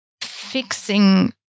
fixing